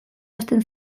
ahazten